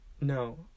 No